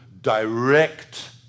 direct